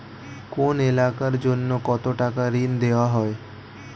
কোন এলাকার জন্য কত টাকা ঋণ দেয়া হয়?